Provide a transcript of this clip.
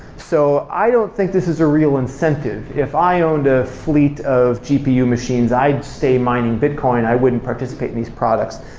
so i don't think this is a real incentive. if i owned a fleet of gpu machines, i'd stay mining bitcoin. i wouldn't participate in these products.